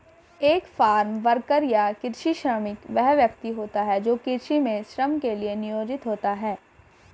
एक farm worker या कृषि श्रमिक वह व्यक्ति होता है जो कृषि में श्रम के लिए नियोजित होता है